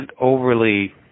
overly